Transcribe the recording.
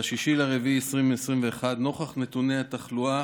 ב-6 באפריל 2021, נוכח נתוני התחלואה